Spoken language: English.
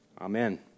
Amen